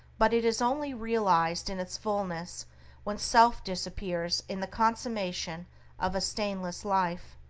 but it is only realized in its fullness when self disappears in the consummation of a stainless life.